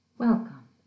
Welcome